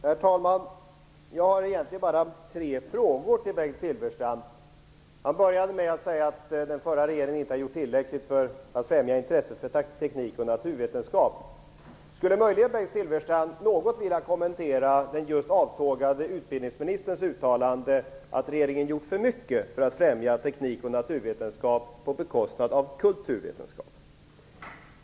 Herr talman! Jag har egentligen bara tre frågor till Bengt Silfverstrand. Han började med att säga att den förra regeringen inte har gjort tillräckligt för att främja intresset för teknik och naturvetenskap. Skulle Bengt Silfverstrand något vilja kommentera den just avtågade utbildningsministerns uttalande att regeringen gjort för mycket för att främja teknik och naturvetenskap på bekostnad av kulturvetenskap?